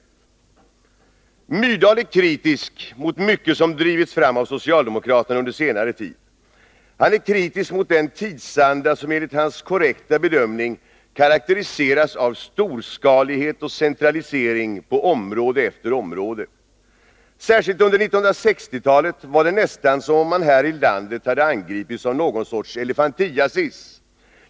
3 Myrdal är kritisk mot mycket som drivits fram av socialdemokraterna under senare tid. Han är kritisk mot den tidsanda som enligt hans korrekta bedömning karakteriseras av storskalighet och centralisering på område efter område. Särskilt under 1960-talet var det nästan som om man här i landet angripits av någon sorts elefantiasis.